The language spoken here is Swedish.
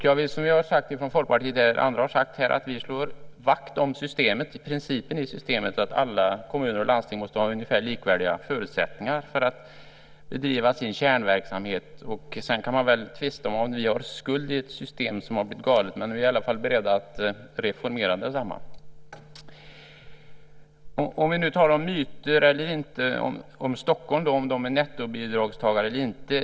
Precis som andra från Folkpartiet har sagt slår vi vakt om principen i systemet: Alla kommuner och landsting måste ha ungefär likvärdiga förutsättningar för att bedriva sin kärnverksamhet. Sedan kan man tvista om huruvida vi har skuld i ett system som har blivit galet, men vi är i alla fall beredda att reformera detsamma. Det har talats om myter eller inte myter när det gäller om Stockholm är nettobidragstagare eller inte.